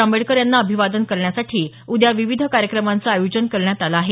आंबेडकर यांना अभिवादन करण्यासाठी उद्या विविध कार्यक्रमांचं आयोजन करण्यात आलं आहे